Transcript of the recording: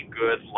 good